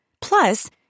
Plus